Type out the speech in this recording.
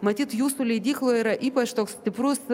matyt jūsų leidykloje yra ypač toks stiprus